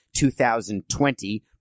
2020